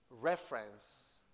reference